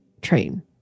train